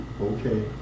okay